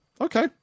Okay